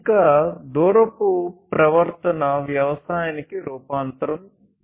ఇంకా దూరపు ప్రవర్తన వ్యవసాయానికి రూపాంతరం చెందింది